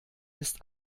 ist